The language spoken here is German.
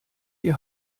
die